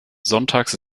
sonntags